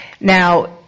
Now